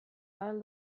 ahal